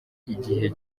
igihe